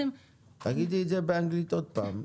תגידי את זה באנגלית שוב פעם.